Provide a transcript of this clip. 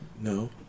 No